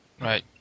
Right